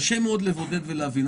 קשה מאוד לבודד ולהבין.